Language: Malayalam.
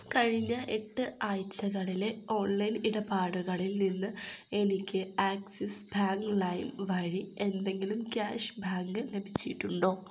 കഴിഞ്ഞ എട്ട് ആഴ്ചകളിലെ ഓൺലൈൻ ഇടപാടുകളിൽ നിന്ന് എനിക്ക് ആക്സിസ് ബാങ്ക് ലൈൻ വഴി എന്തെങ്കിലും ക്യാഷ് ബാക്ക് ലഭിച്ചിട്ടുണ്ടോ